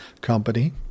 company